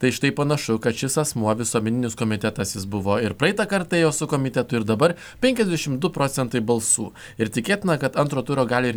tai štai panašu kad šis asmuo visuomeninis komitetas jis buvo ir praeitą kartą ėjo su komitetu ir dabar penkiasdešimt du procentai balsų ir tikėtina kad antro turo gali ir